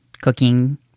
cooking